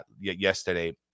yesterday